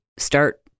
Start